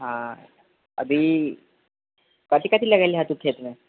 अभी कथी कथी लगेल हँ तू खेत मे